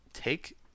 Take